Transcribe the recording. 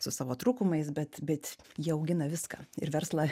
su savo trūkumais bet bet jie augina viską ir verslą